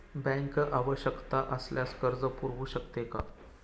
Bank आवश्यकता असल्यावर कर्ज पुरवू शकते का?